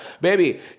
Baby